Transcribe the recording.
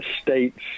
states